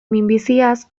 minbiziaz